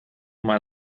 mal